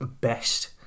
best